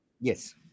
Yes